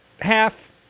half